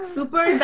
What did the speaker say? Super